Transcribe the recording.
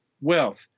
wealth